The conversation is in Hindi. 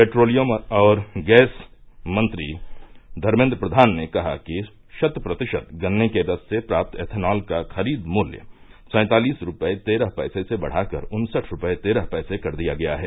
पेट्रोलियम और गैस मंत्री धर्मेन्द्र प्रघान ने कहा कि शत प्रतिशत गन्ने के रस से प्राप्त एथनॉल का खरीद मृत्य सैंतालिस रूपये तेरह पैसे से बढ़ाकर उन्सठ रूपये तेरह पैसे कर दिया गया है